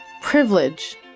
Privilege